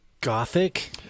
Gothic